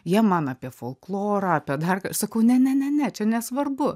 jie man apie folklorą apie dar ką ir sakau ne ne ne ne čia nesvarbu